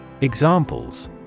Examples